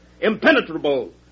Impenetrable